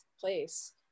place